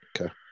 Okay